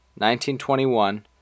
1921